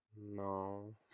no